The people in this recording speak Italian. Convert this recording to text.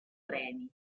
premi